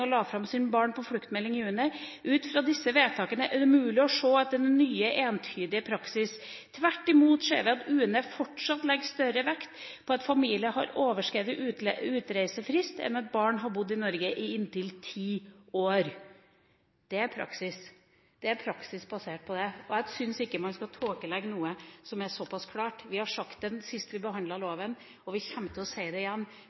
regjeringen la frem Barn på flukt-meldingen i juni. Ut fra disse vedtakene er det umulig å se noen ny entydig praksis. Tvert imot ser vi at UNE fortsatt legger større vekt på at familien har oversittet utreisefrist enn at barn har bodd i Norge i inntil ti år.» Dét er praksis basert på det, og jeg syns ikke man skal tåkelegge noe som er såpass klart. Vi sa det sist vi behandlet loven, og vi kommer til å si det igjen,